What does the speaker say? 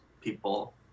people